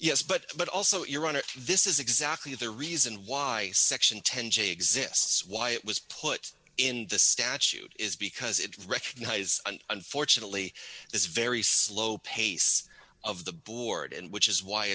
yes but but also your honor this is exactly the reason why section ten j exists why it was put in the statute is because it recognizes unfortunately this very slow pace of the board and which is why